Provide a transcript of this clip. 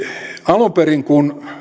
alun perin kun